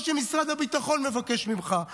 מה שמשרד הביטחון מבקש ממך,